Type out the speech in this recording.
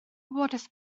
wybodaeth